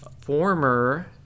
former